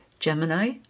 Gemini